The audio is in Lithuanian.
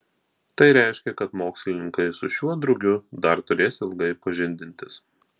tai reiškia kad mokslininkai su šiuo drugiu dar turės ilgai pažindintis